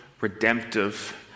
redemptive